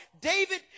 David